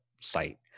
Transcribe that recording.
site